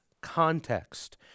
context